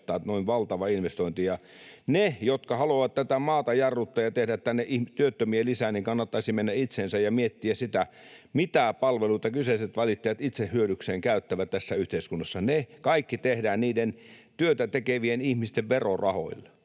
noin valtava investointi. Niiden, jotka haluavat tätä maata jarruttaa ja tehdä tänne työttömiä lisää, kannattaisi mennä itseensä ja miettiä, mitä palveluita kyseiset valittajat itse hyödykseen käyttävät tässä yhteiskunnassa. Ne kaikki tehdään niiden työtä tekevien ihmisten verorahoilla.